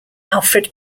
alfred